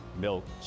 milk